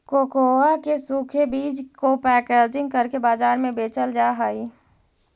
cocoa के सूखे बीज को पैकेजिंग करके बाजार में बेचल जा हई